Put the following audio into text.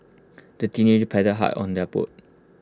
the teenagers paddled hard on their boat